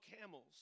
camels